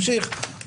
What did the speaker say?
בדיון קודם.